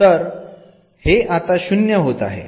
तर हे आता शून्य होत आहे